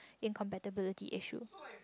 incompatibility issue